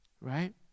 Right